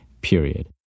period